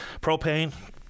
Propane